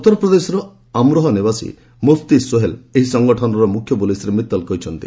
ଉତ୍ତରପ୍ରଦେଶର ଆମ୍ରୋହା ନିବାସୀ ମୁଫତି ସୋହେଲ୍ ଏହି ସଂଗଠନର ମୁଖ୍ୟ ବୋଲି ଶ୍ରୀ ମିତଲ କହିଛନ୍ତି